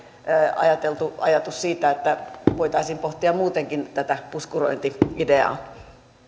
ajatellun ajatuksen siitä että voitaisiin pohtia muutenkin tätä puskurointi ideaa